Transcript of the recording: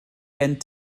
gen